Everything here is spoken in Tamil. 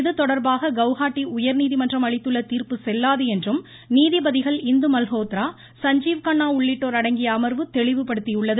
இதுதொடர்பாக கவுஹாத்தி உயர்நீதிமன்றம் அளித்துள்ள தீர்ப்பு செல்லாது என்றும் நீதிபதிகள் இந்து மல்ஹோத்ரா சஞ்சீவ் கண்ணா உள்ளிட்டோர் அடங்கிய அமர்வு தெளிவுபடுத்தியுள்ளது